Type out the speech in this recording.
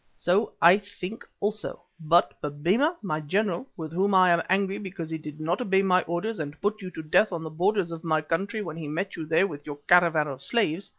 so i think also. but babemba my general, with whom i am angry because he did not obey my orders and put you to death on the borders of my country when he met you there with your caravan of slaves,